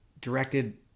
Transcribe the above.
directed